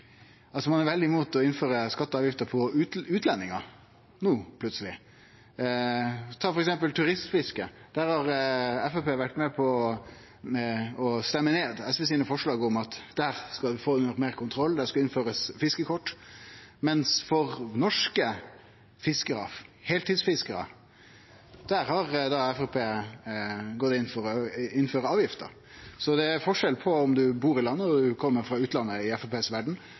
altså at vi får brukt turismen til ei positiv utvikling av lokalsamfunna. Da må ein bevege seg inn i dette feltet. Det er jo litt komisk, standpunktet til Framstegspartiet i denne saka. Ein er plutseleg veldig imot å innføre skattar og avgifter for utlendingar. Ta f.eks. turistfiske. Der har Framstegspartiet vore med på å stemme ned SVs forslag om at ein skal få meir kontroll og innføre fiskekort, mens for norske heiltidsfiskarar har Framstegspartiet gått inn for å innføre avgifter. Så det er forskjell på om